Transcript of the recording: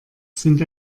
sind